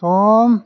सम